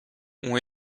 ont